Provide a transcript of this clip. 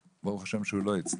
וברוך ה' הוא לא הצליח,